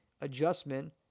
adjustment